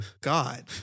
God